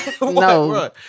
No